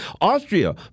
Austria